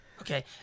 okay